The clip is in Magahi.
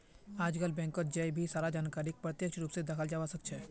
आजकल बैंकत जय भी सारा जानकारीक प्रत्यक्ष रूप से दखाल जवा सक्छे